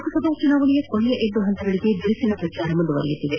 ಲೋಕಸಭಾ ಚುನಾವಣೆಯ ಕೊನೆಯ ಎರಡು ಹಂತಗಳಿಗೆ ಬಿರುಸಿನ ಪ್ರಚಾರ ಮುಂದುವರಿದೆ